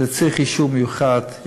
צריך לזה אישור מיוחד,